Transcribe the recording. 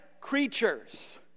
creatures